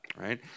right